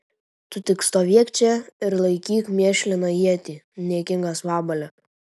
tu tik stovėk čia ir laikyk mėšliną ietį niekingas vabale